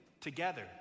together